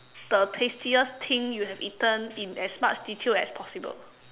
the tastiest thing you have eaten in as much detail as possible